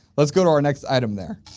let's go to our next item there